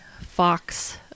Fox